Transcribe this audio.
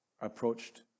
approached